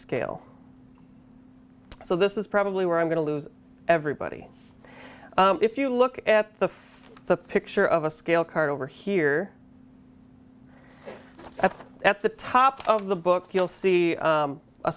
scale so this is probably where i'm going to lose everybody if you look at the the picture of a scale card over here but at the top of the book you'll see